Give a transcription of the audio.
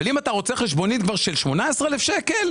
אבל אם אתה רוצה חשבונית של 18,000 שקלים,